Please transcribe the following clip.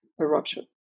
eruption